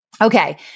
Okay